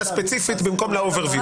ספציפית במקום לסקירה הכללית ה- overview.